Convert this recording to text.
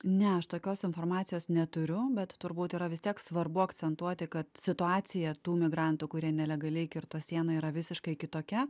ne aš tokios informacijos neturiu bet turbūt yra vis tiek svarbu akcentuoti kad situacija tų migrantų kurie nelegaliai kirto sieną yra visiškai kitokia